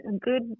good